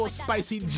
spicy